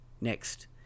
next